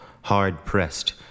hard-pressed